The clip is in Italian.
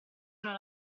non